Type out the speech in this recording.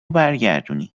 برگردونی